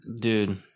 Dude